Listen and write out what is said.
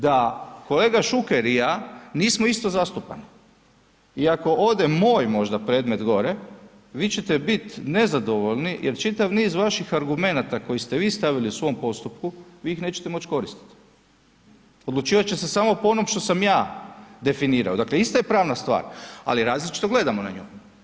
Da kolega Šuker i ja nismo isto zastupani, iako ode moj možda predmet gore vi ćete bit nezadovoljni jer čitav niz vaših argumenata koji ste vi stavili u svom postupku vi ih nećete moći koristiti, odlučivat će se samo po onom što sam ja definirao, dakle ista je pravna stvar, ali različito gledamo na nju.